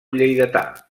lleidatà